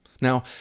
Now